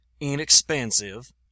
inexpensive